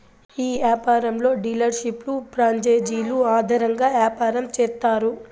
ఈ యాపారంలో డీలర్షిప్లు ప్రాంచేజీలు ఆధారంగా యాపారం చేత్తారు